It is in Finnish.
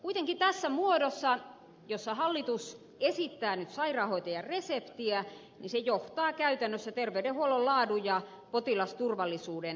kuitenkin tässä muodossa jossa hallitus esittää nyt sairaanhoitajan reseptiä se johtaa käytännössä terveydenhuollon laadun ja potilasturvallisuuden heikkenemiseen